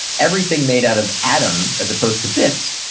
everything made out of atoms, as opposed to bits,